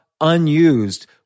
unused